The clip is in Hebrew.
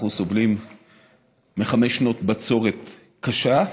אנחנו סובלים מחמש שנות בצורת קשה,